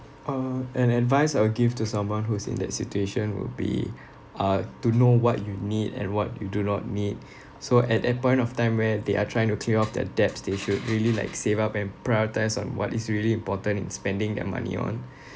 uh an advice I will give to someone who's in that situation would be uh to know what you need and what you do not need so at that point of time where they are trying to clear off their debts they should really like save up and prioritise on what is really important in spending their money on